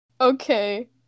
Okay